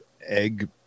egg